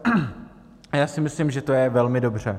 A já si myslím, že to je velmi dobře.